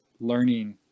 learning